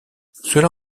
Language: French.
cela